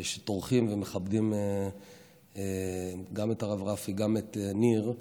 שטורחים ומכבדים גם את הרב רפי וגם את ניר.